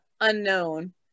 unknown